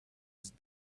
his